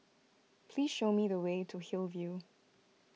please show me the way to Hillview